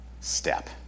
step